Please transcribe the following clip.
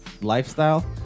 lifestyle